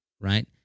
right